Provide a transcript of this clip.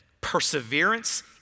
Perseverance